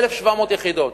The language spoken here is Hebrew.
1,700 יחידות.